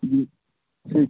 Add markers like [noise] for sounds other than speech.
जी [unintelligible]